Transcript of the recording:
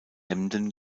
emden